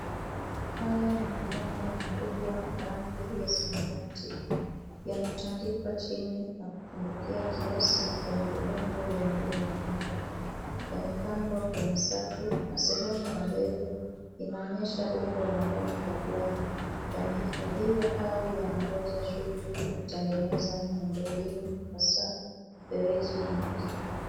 Haya ni mabomba makubwa ya rangi ya samawati. Yametandikwa chini na kupindukia kiasi kwenye udongo wenye unyevunyevu. Yamepangwa kwenye safu na sehemu ya mbele inaonyesha umbo la ndani la duara. Yamehifadhiwa au yanangoja shughuli ya kutengeneza miundo mbinu hasa mifereji ya maji.